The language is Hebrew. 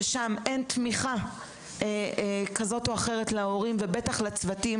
ששם אין תמיכה כזו או אחרת להורים ובטח לצוותים,